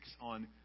on